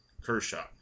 Kershaw